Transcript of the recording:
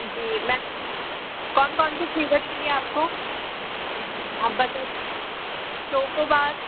जी ma'am कौन कौन सी फ्लेवर चाहिए आपको आप बता दीजिए चोकोबार